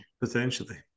Potentially